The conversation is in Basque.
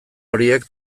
horiek